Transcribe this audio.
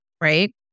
right